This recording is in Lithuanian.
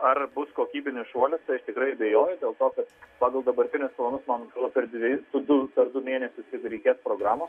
ar bus kokybinis šuolis tai aš tikrai abejoju dėl to kad pagal dabartinius planus man atrodo per dvi du per du mėnesius reikės programų